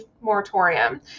moratorium